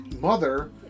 mother